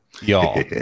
y'all